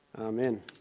Amen